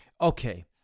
okay